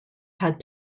had